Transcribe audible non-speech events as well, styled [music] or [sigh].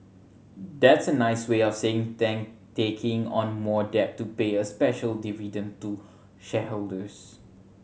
that's a nice way of saying [unintelligible] taking on more debt to pay a special dividend to shareholders